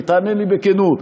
תענה לי בכנות,